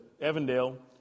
Evandale